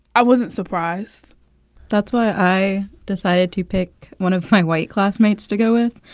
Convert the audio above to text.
i wasn't surprised that's why i decided to pick one of my white classmates to go with,